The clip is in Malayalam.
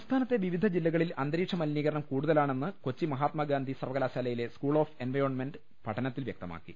സംസ്ഥാനത്തെ വിവിധ ജില്ലകളിൽ അന്തരീക്ഷ മലിനീകരണം കൂടുതലാണെന്ന് കൊച്ചി മഹാത്മാഗാന്ധി സർവകലാശാലയിലെ സ്കൂൾ ഓഫ് എൻവയോൺമെന്റ് പഠനത്തിൽ വ്യക്തമാക്കി